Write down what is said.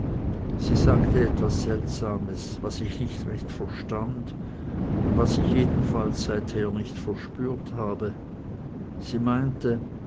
sie sagte etwas seltsames was ich nicht recht verstand und was ich jedenfalls seither nicht verspürt habe sie meinte